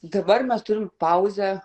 dabar mes turim pauzę